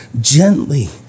gently